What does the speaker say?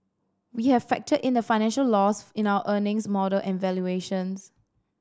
we have factored in the financial loss in our earnings model and valuations